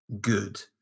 good